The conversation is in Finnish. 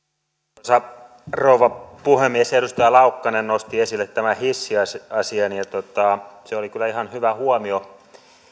arvoisa rouva puhemies edustaja laukkanen nosti esille tämän hissiasian ja se oli kyllä ihan hyvä huomio